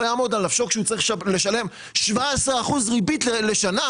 לא יעמוד על נפשו כשהוא צריך לשלם 17% ריבית לשנה?